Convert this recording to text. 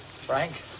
Frank